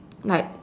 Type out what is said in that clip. like